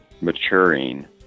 maturing